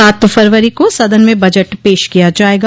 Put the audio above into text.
सात फरवरी को सदन में बजट पेश किया जायेगा